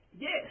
Yes